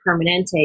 Permanente